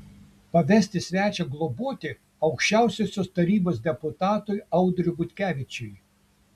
pavesti svečią globoti aukščiausiosios tarybos deputatui audriui butkevičiui